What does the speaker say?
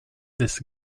this